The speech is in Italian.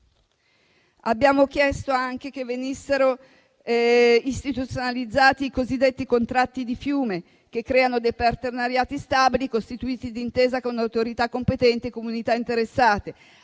Abbiamo chiesto anche che venissero istituzionalizzati i cosiddetti contratti di fiume, che creano dei partenariati stabili, costituiti d'intesa con le autorità competenti e le comunità interessate.